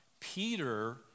Peter